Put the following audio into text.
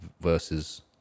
Versus